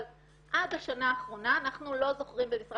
אבל עד השנה האחרונה אנחנו לא זוכרים במשרד